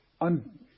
on